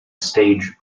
stage